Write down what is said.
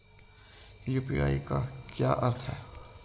UPI का क्या अर्थ है?